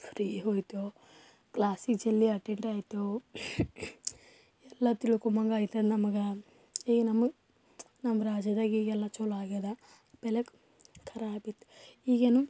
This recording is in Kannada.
ಫ್ರೀ ಹೋಗ್ತೇವೆ ಕ್ಲಾಸಿಗೆ ಜಲ್ದಿ ಅಟೆಂಡ್ ಆಗ್ತೇವೆ ಎಲ್ಲ ತಿಳ್ಕೊಂಡಾಗೆ ಆಗ್ತದೆ ನಮ್ಗೆ ಈಗ ನಮಗೆ ನಮ್ಮ ರಾಜ್ಯದಾಗ ಈಗ ಎಲ್ಲ ಚಲೋ ಆಗ್ಯಾದ ಪೈಲೆಕ ಖರಾಬ ಇತ್ತು ಈಗೇನು